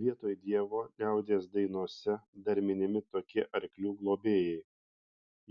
vietoj dievo liaudies dainose dar minimi tokie arklių globėjai